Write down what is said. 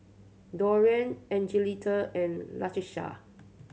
Dorian Angelita and Latisha